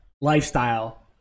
lifestyle